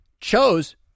chose